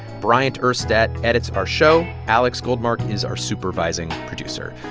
bryant urstadt edits our show. alex goldmark is our supervising producer.